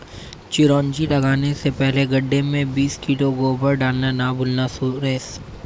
चिरौंजी लगाने से पहले गड्ढे में बीस किलो गोबर डालना ना भूलना सुरेश